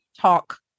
talk